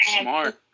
Smart